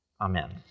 Amen